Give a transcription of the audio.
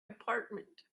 apartment